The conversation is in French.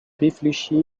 réfléchit